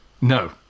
no